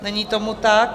Není tomu tak.